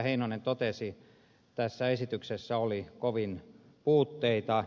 heinonen totesi tässä esityksessä oli kovin puutteita